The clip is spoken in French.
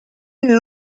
une